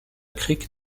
crique